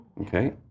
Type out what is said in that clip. okay